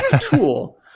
tool